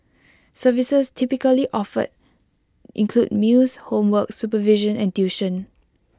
services typically offered include meals homework supervision and tuition